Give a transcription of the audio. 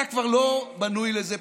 אתה כבר לא בנוי לזה.